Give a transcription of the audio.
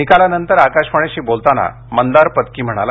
निकालानंतर आकाशवाणीशी बोलताना मंदार पत्की म्हणाला